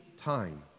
time